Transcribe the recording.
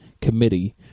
committee